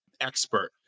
expert